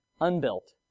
unbuilt